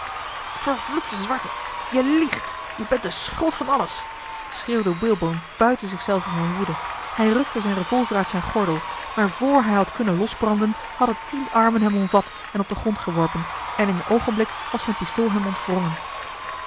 zwarte je liegt jij bent de schuld van alles schreeuwde walebone buiten zich zelven van woede hij rukte zijne revolver uit zijn gordel maar vr hij had kunnen losbranden hadden tien armen hem omvat en op den grond geworpen en in en oogenblik was zijn pistool hem ontwrongen